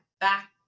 back